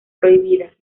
prohibida